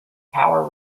power